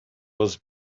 was